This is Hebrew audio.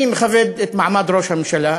אני מכבד את מעמד ראש הממשלה,